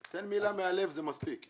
תן מילה מהלב זה מספיק.